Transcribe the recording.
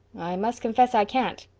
i must confess i can't.